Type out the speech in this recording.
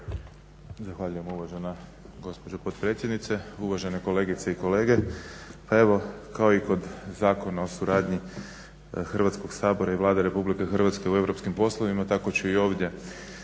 Zahvaljujem uvažena gospođo potpredsjednice. Uvažene kolegice i kolege. Pa evo kao i kod Zakona o suradnji Hrvatskog sabora i Vlade RH u europskim poslovima tako ću i ovdje